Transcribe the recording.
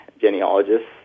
genealogists